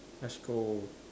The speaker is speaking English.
let's go